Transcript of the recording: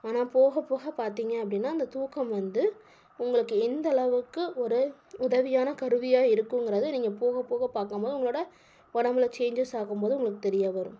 ஆனால் போக போக பார்த்தீங்க அப்படீன்னா அந்த தூக்கம் வந்து உங்களுக்கு எந்தளவுக்கு ஒரு உதவியான கருவியாக இருக்குங்கிறத நீங்கள் போக போக பார்க்கும்போது உங்களோட உடம்புல சேஞ்சஸ் ஆகும் போது உங்களுக்குத் தெரிய வரும்